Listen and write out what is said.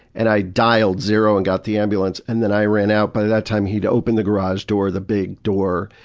and i dialed zero and got the ambulance and then i ran out. by that time he had opened the garage door, the big door,